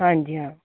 ਹਾਂਜੀ ਹਾਂ